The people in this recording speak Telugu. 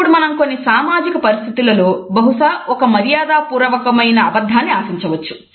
ఇప్పుడు మనం కొన్ని సామాజిక పరిస్థితులలో బహుశా ఒక మర్యాదపూర్వకమైన అబద్ధాన్ని ఆశించవచ్చు